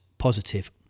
positive